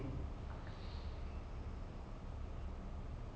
like I have the same feeling lah like the same vibes